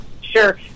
sure